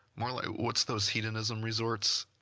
more like, what's those hedonism resorts?